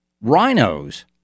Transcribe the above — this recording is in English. rhinos